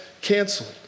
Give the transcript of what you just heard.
canceled